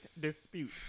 dispute